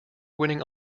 winning